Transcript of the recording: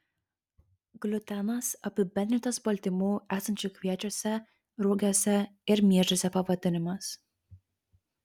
gliutenas apibendrintas baltymų esančių kviečiuose rugiuose ir miežiuose pavadinimas